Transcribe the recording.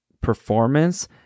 performance